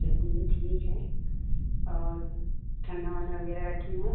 चलिए ठीक है और ठंडा ओंढा वगैरह रखी हैं